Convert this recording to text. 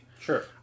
Sure